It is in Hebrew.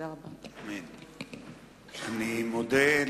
תודה רבה.